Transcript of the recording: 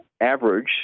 average